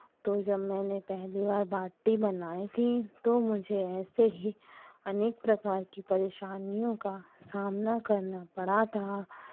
तो जब मैंने पेहली बार बाटी बनाई थी तो मुझे ऐसे ही अनेक प्रकार की परेशानियों का सामना करना पड़ा था